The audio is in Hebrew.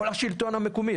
כל השילטון המקומי.